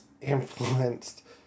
influenced